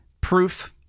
Proof